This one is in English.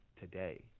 today